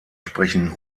sprechen